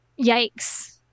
Yikes